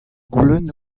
goulenn